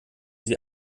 sie